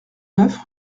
neuf